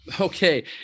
Okay